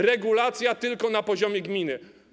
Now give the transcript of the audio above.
Regulacja tylko na poziomie gminy.